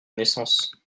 naissance